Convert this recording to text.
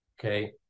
okay